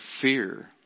fear